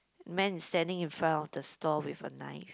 man is standing in front of the store with a knife